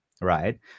right